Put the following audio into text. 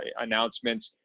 announcements